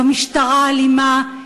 זו משטרה אלימה,